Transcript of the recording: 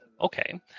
okay